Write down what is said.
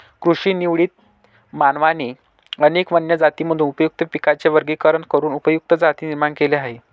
कृत्रिम निवडीत, मानवाने अनेक वन्य जातींमधून उपयुक्त पिकांचे वर्गीकरण करून उपयुक्त जाती निर्माण केल्या आहेत